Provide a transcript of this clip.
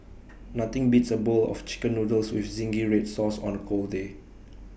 nothing beats A bowl of Chicken Noodles with Zingy Red Sauce on A cold day